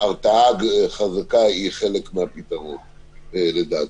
הרתעה חזקה היא חלק מהפתרון לדעתי.